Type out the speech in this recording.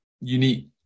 unique